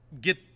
get